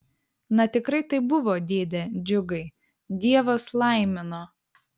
na tikrai taip buvo dėde džiugai dievas laimino